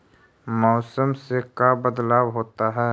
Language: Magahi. मौसम से का बदलाव होता है?